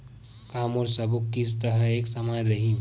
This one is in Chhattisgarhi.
का मोर सबो किस्त ह एक समान रहि?